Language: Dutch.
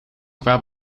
kwaad